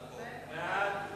ההצעה להעביר